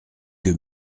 que